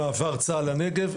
למעבר צה"ל לנגב,